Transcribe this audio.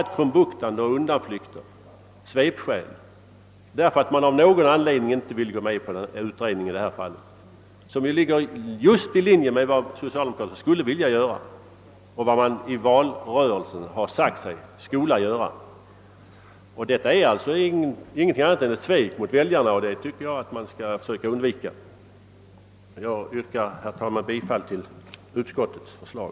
Här är det bara fråga om krumbukter och undanflykter och svepskäl, då man av någon anledning inte vill ha en utredning i denna fråga fastän den ligger just i linje med vad socialdemokraterna skulle vilja göra och i valrörelsen har sagt sig skola göra. Det är alltså här inte fråga om annat än ett svek mot väljarna, och det bör man enligt min mening inte göra sig skyldig till. Jag yrkar bifall till utskottets förslag.